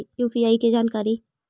UPI के जानकारी?